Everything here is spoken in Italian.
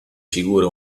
figure